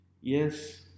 Yes